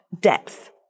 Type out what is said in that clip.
depth